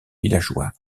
villageois